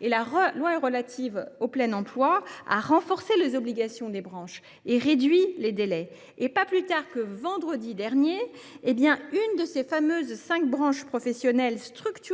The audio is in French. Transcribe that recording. elles. La loi pour le plein emploi a renforcé les obligations des branches et réduit les délais. Pas plus tard que vendredi dernier, l’une de ces cinq branches professionnelles structurellement